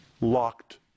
locked